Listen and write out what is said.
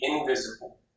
invisible